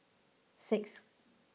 six